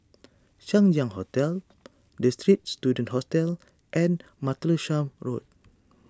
Chang Ziang Hotel the Straits Students Hostel and Martlesham Road